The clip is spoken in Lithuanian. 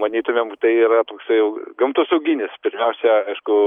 manytumėm tai yra toksai gamtosauginis pirmiausia aišku